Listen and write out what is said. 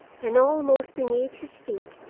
and, almost beneath his feet,